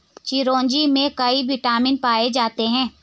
चिरोंजी में कई विटामिन पाए जाते हैं